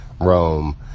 rome